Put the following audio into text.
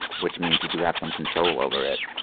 which means you do have some control over it.